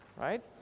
right